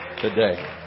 today